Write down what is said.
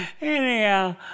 Anyhow